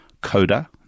Coda